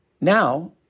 Now